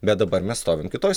bet dabar mes stovim kitoj